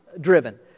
driven